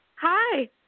Hi